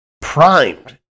primed